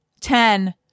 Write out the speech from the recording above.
ten